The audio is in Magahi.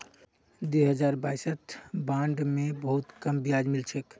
दी हजार बाईसत बॉन्ड पे बहुत कम ब्याज मिल छेक